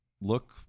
look